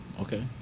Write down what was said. okay